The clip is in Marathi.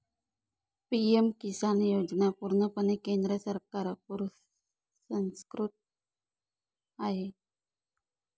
पी.एम किसान योजना पूर्णपणे केंद्र सरकार पुरस्कृत आहे